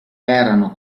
erano